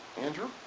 Andrew